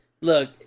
Look